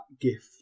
gift